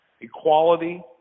equality